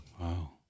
Wow